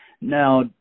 Now